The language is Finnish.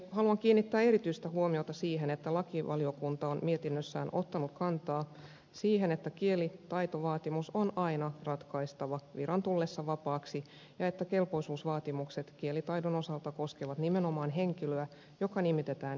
haluan kiinnittää erityistä huomiota siihen että lakivaliokunta on mietinnössään ottanut kantaa siihen että kielitaitovaatimus on aina ratkaistava viran tullessa vapaaksi ja että kelpoisuusvaatimukset kielitaidon osalta koskevat nimenomaan henkilöä joka nimitetään virkaan